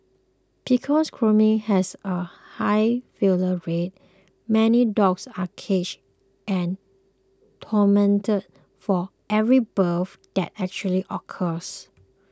because cloning has a high failure rate many dogs are caged and tormented for every birth that actually occurs